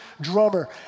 drummer